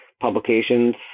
publications